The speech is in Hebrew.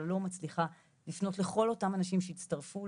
לא מצליחה לפנות לכל אנשים שיצטרפו,